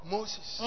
Moses